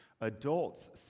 Adults